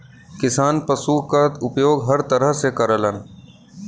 किसान पसु क उपयोग हर तरह से करलन